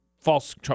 false